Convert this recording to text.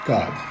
God